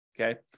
Okay